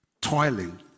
Toiling